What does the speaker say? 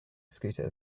scooter